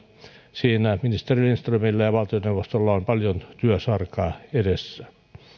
siinä ministeri lindströmillä ja valtioneuvostolla on paljon työsarkaa edessään